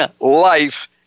life